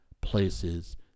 places